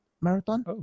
Marathon